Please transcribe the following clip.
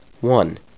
One